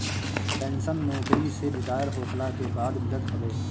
pension नोकरी से retire होखला के बाद मिलत हवे